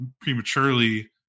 prematurely